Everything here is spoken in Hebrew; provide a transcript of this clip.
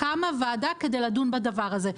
קמה ועדה כדי לדון בדבר הזה.